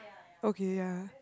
okay ya